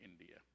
India